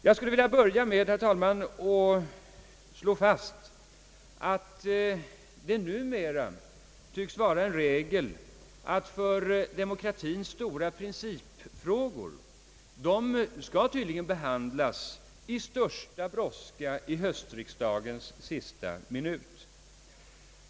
Jag skulle vilja börja med att slå fast, att det numera tycks vara en regel att demokratiens stora principfrågor skall behandlas i största brådska under höstriksdagens sista minut.